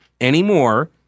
anymore